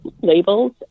labels